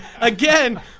again